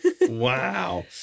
Wow